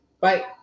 bye